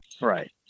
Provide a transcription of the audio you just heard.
right